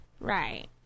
Right